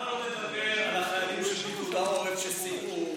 אז למה שלא תדבר על החיילים של פיקוד העורף שסייעו,